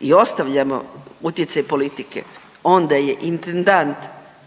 i ostavljamo utjecaj politike onda je intendant